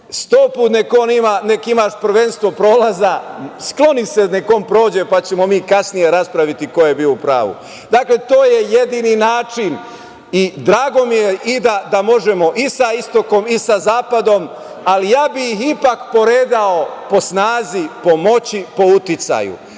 sto puta neka imaš prvenstvo prolaza, skloni se neka on prođe, pa ćemo mi kasnije raspraviti ko je bio upravu. Dakle, to je jedini način i drago mi je i da možemo i sa istokom i sa zapadom, ali ja bih ipak poređao po snazi, po moći, po uticaju.